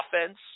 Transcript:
offense